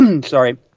sorry